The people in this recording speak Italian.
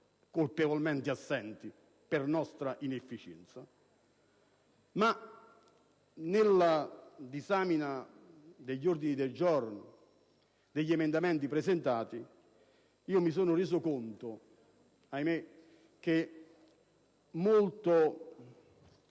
colpevolmente assenti per nostra inefficienza. Nella disamina degli ordini del giorno e degli emendamenti presentati mi sono reso conto, ahimé, che è